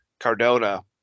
Cardona